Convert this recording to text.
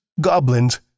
goblins